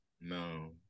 No